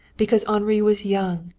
because henri was young,